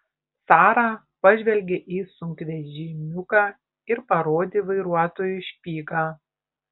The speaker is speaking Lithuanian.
sara pažvelgė į sunkvežimiuką ir parodė vairuotojui špygą